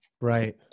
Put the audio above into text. right